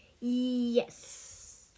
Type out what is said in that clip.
Yes